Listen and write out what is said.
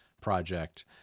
project